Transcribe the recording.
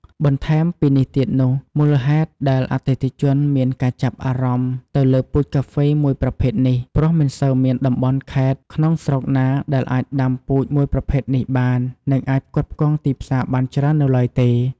បន្ថែមពីនេះទៀតនោះ មូលហេតុដែលអតិថិជនមានការចាប់អារម្មណ៍ទៅលើពូជកាហ្វេមួយប្រភេទនេះ ព្រោះមិនសូវមានតំបន់ខេត្តក្នុងស្រុកណាដែលអាចដាំពូជមួយប្រភេទនេះបាន នឹងអាចផ្គត់ផ្គង់ទីផ្សារបានច្រើននៅឡើយទេ។